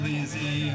easy